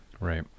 Right